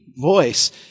voice